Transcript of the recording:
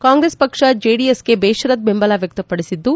ಕಾಂಗ್ರೆಸ್ ಪಕ್ಷ ಜೆಡಿಎಸ್ಗೆ ಬೇಷರತ್ ಬೆಂಬಲ ವ್ಯಕ್ತಪಡಿಸಿದ್ದು